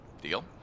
Deal